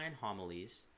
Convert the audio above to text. Homilies